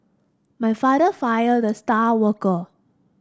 my father fired the star worker